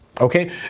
Okay